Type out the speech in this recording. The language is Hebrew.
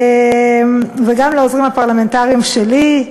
וגם לעוזרים הפרלמנטריים שלי,